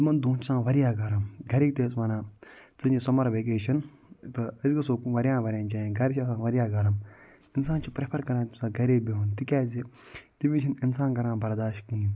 تِمن دۄہن چھُ آسان وارِیاہ گَرٕم کَرِک تہِ ٲسۍ وَنان ژٕ نہِ سمر وکیشن تہٕ أسۍ گَژھو وارِیاہن وارِیاہن جاین گَرِ چھِ آسان وارِیاہ گَرم اِنسان چھُ پرٮ۪فر کَران گَرے بَہُن تِکیٛازِ تمہِ وِزِ چھِنہٕ اِنسان کَران برداشت کِہیٖنۍ